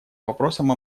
вопросам